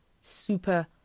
super